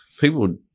people